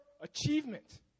achievement